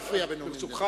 ברשותך,